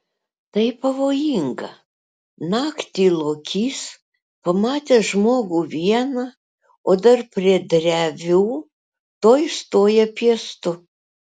tai pavojinga naktį lokys pamatęs žmogų vieną o dar prie drevių tuoj stoja piestu